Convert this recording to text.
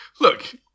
Look